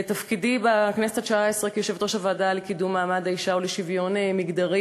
בתפקידי כיושבת-ראש הוועדה לקידום מעמד האישה ולשוויון מגדרי